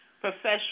professional